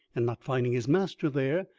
and not finding his master there,